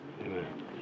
Amen